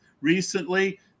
recently